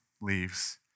leaves